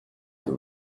him